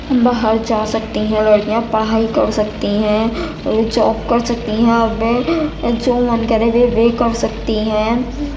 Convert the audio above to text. باہر جا سکتی ہیں لڑکیاں پڑھائی کر سکتی ہیں جاب کر سکتی ہیں اب وہ جو من کرے وہ وہ کر سکتی ہیں